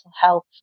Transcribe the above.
health